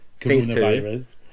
Coronavirus